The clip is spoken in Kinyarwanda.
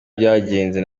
byagenze